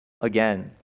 again